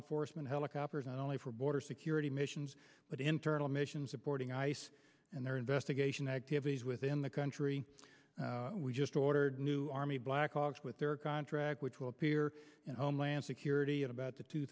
enforcement helicopters not only for border security missions but internal missions supporting ice and their investigation activities within the country we just ordered a new army black hawks with their contract which will appear in homeland security at about the two